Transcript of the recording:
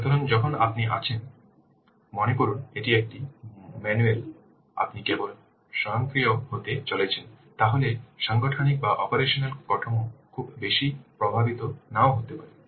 সুতরাং যখন আপনি আছেন মনে করুন এটি একটি ম্যানুয়াল আপনি কেবল স্বয়ংক্রিয় হতে চলেছেন তাহলে সাংগঠনিক বা অপারেশনাল কাঠামো খুব বেশি প্রভাবিত নাও হতে পারে